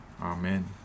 Amen